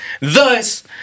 Thus